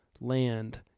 land